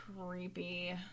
creepy